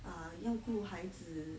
err 要顾孩子